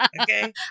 okay